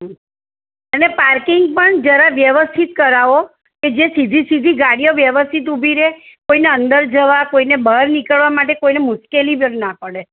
અને પાર્કિંગ પણ જરા વ્યવસ્થિત કરાવો કે જે સીધી સીધી ગાડીઓ વ્યવસ્થિત ઊભી રે કોઈને અંદર જવા કોઈને બહાર નીકળવા માટે કોઈને મુશ્કેલી જ પણ ન પડે